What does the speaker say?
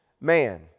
man